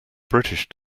british